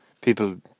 People